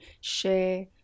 share